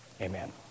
Amen